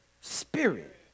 spirit